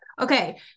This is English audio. okay